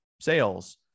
sales